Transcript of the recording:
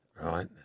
right